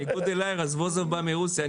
כרגע מועסקים 20 עובדים,